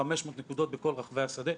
500 נקודות בכל רחבי השדה,